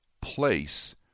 place